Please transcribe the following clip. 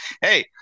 hey